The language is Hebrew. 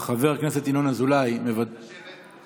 חבר הכנסת ינון אזולאי מוותר,